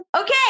Okay